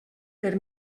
per